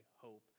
hope